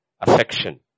affection